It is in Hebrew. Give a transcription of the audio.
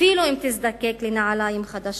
אפילו אם תזדקק לנעלים חדשות,